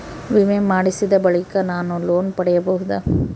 ವಿಮೆ ಮಾಡಿಸಿದ ಬಳಿಕ ನಾನು ಲೋನ್ ಪಡೆಯಬಹುದಾ?